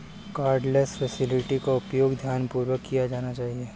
cardless facility का उपयोग ध्यानपूर्वक किया जाना चाहिए